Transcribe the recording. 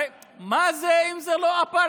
הרי מה זה אם זה לא אפרטהייד?